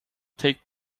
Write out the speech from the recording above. take